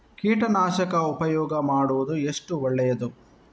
ಕೀಟನಾಶಕ ಉಪಯೋಗ ಮಾಡುವುದು ಎಷ್ಟು ಒಳ್ಳೆಯದು?